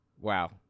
Wow